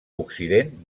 occident